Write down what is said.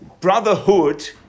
Brotherhood